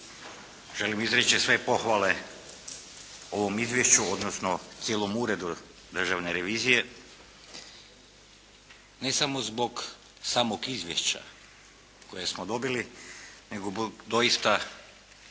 želim izreći sve pohvale ovom izvješću, odnosno cijelom Uredu državne revizije. Ne samo zbog samog izvješća koje smo dobili nego zbog doista ozbiljnog